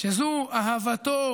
שזו אהבתו